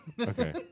Okay